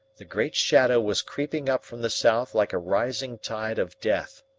the great shadow was creeping up from the south like a rising tide of death.